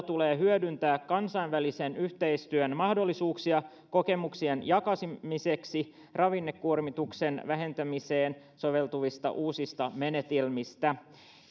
tulee hyödyntää kansainvälisen yhteistyön mahdollisuuksia kokemuksien jakamiseksi ravinnekuormituksen vähentämiseen soveltuvista uusista menetelmistä